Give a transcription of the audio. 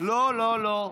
לא לא לא,